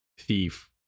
Thief